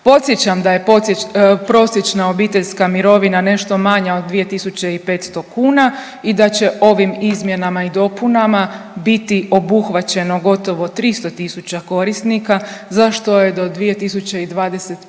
Podsjećam da je prosječna obiteljska mirovina nešto manja od 2500 kuna i da će ovim izmjenama i dopunama biti obuhvaćeno gotovo 300 tisuća korisnika za što je do 2025.